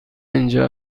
اینجا